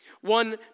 One